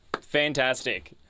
Fantastic